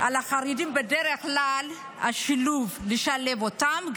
על החרדים, בדרך כלל, שילוב, לשלב אותם.